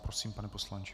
Prosím, pane poslanče.